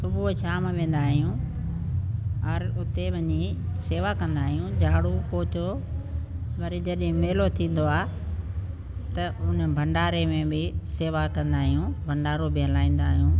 सुबुह शाम वेंदा आहियूं हर उते वञी सेवा कंदा आहियूं झाडू पोछो वरी जॾहिं मेलो थींदो आहे त हुन भंडारे में बि सेवा कंदा आहियूं भंडारो बि हलाईंदा आहियूं